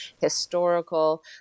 historical